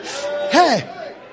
Hey